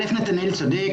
קודם כל נתנאל צודק,